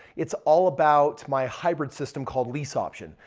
it's all about my hybrid system called lease option.